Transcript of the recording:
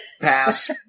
Pass